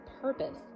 purpose